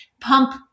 pump